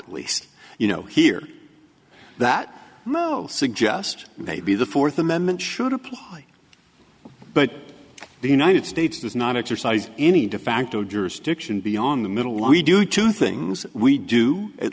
at least you know here that you know suggest maybe the fourth amendment should apply but the united states does not exercise any defacto jurisdiction beyond the middle we do two things we do at